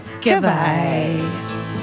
Goodbye